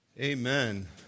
Amen